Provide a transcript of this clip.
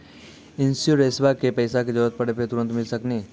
इंश्योरेंसबा के पैसा जरूरत पड़े पे तुरंत मिल सकनी?